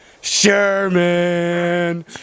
Sherman